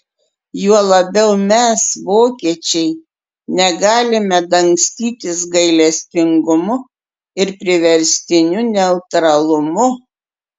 juo labiau mes vokiečiai negalime dangstytis gailestingumu ir priverstiniu neutralumu